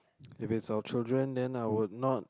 if it's our children then I would not